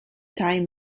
time